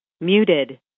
Muted